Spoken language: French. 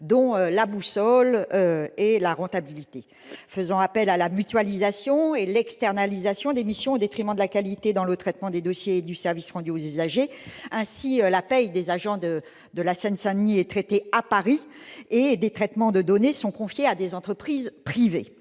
dont la boussole est la rentabilité. Des missions sont mutualisées et externalisées, au détriment de la qualité du traitement des dossiers et du service rendu aux usagers. Ainsi, la paie des agents de Seine-Saint-Denis est traitée à Paris, tandis que des traitements de données sont confiés à des entreprises privées.